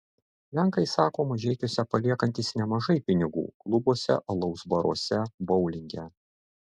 lenkai sako mažeikiuose paliekantys nemažai pinigų klubuose alaus baruose boulinge